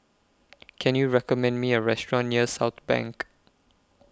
Can YOU recommend Me A Restaurant near Southbank